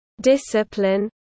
discipline